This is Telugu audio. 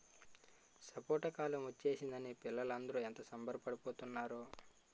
సపోటా కాలం ఒచ్చేసిందని పిల్లలందరూ ఎంత సంబరపడి పోతున్నారో